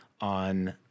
on